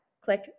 click